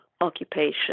occupation